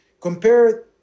compare